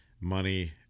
money